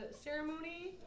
ceremony